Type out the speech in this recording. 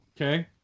Okay